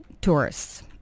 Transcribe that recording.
tourists